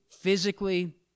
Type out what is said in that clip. Physically